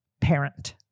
parent